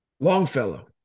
Longfellow